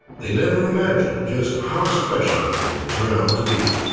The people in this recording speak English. they never imagined just how special it would turn out to be.